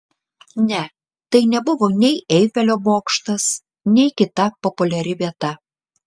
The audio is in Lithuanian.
ne tai nebuvo nei eifelio bokštas nei kita populiari vieta